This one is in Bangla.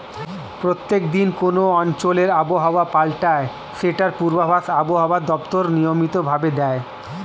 প্রত্যেক দিন কোন অঞ্চলে আবহাওয়া পাল্টায় যেটার পূর্বাভাস আবহাওয়া দপ্তর নিয়মিত ভাবে দেয়